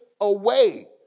away